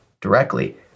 directly